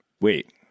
wait